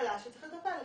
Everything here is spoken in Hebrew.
תקלה שצריך לטפל.